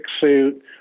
suit